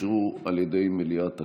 אושרו על ידי מליאת הכנסת.